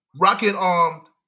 rocket-armed